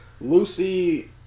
Lucy